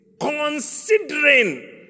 Considering